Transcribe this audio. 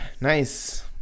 Nice